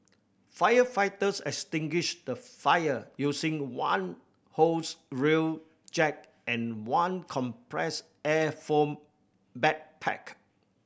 firefighters extinguished the fire using one hose reel jet and one compressed air foam backpack